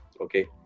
okay